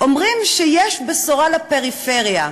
אומרים שיש בשורה לפריפריה.